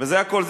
וזה הכול.